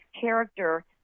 character